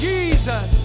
Jesus